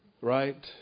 Right